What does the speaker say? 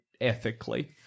ethically